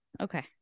okay